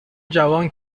جوان